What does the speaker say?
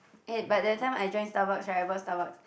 eh but that time I drank Starbucks right I bought Starbucks